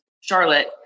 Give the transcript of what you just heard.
Charlotte